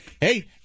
hey